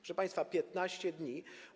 Proszę państwa, 15 dni.